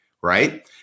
right